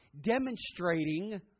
demonstrating